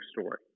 story